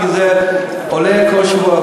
כי זה עולה כל שבוע,